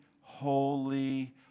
holy